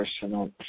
personal